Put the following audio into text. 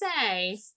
say